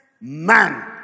man